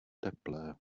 teplé